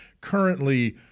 currently